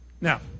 Now